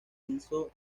hizo